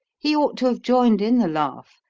he ought to have joined in the laugh,